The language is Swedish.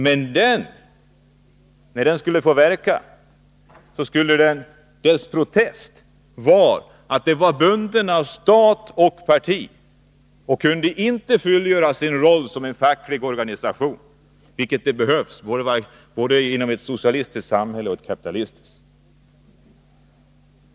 Men när den skulle verka var den bunden av stat och parti och kunde inte fullgöra sin roll som facklig organisation, vilket behövs både inom ett socialistiskt och inom ett kapitalistiskt samhälle.